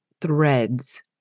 threads